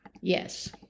Yes